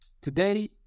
today